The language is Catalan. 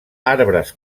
arbres